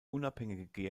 unabhängige